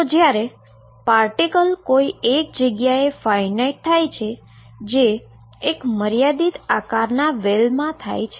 તો જ્યારે પાર્ટીકલ કોઈ એક જગ્યાએ ફાઈનાઈટ થાય છે જે એક મર્યાદિત આકારના વેલમાં થાય છે